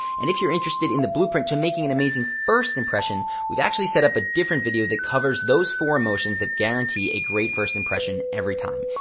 and if you're interested in the blueprint to making an amazing first impression, we've actually set up a different video that covers those four emotions that guarantee a great first impression every time.